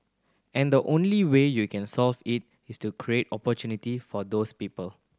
and the only way you can solve it is to create opportunity for those people